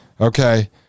Okay